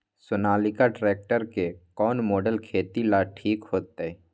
Sonalika tractor के कौन model खेती ला ठीक होतै?